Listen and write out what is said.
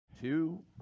Two